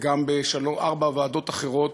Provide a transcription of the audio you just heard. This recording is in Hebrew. וגם בארבע ועדות אחרות,